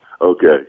Okay